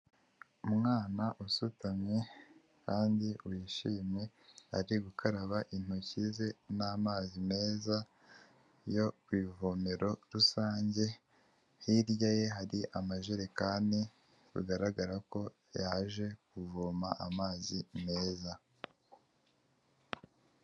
Umwana usutamye kandi wishimye ari gukaraba intoki ze n'amazi meza yo ku ivomero rusange, hirya ye hari amajerekani bigaragara ko yaje kuvoma amazi meza.